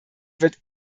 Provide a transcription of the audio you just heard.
wird